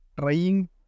trying